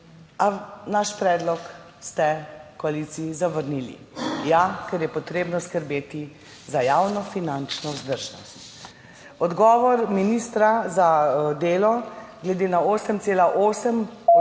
naš predlog ste v koaliciji zavrnili. Ja, ker je potrebno skrbeti za javnofinančno vzdržnost. Odgovor ministra za delo: »Glede na